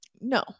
No